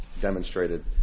demonstrated